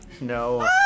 No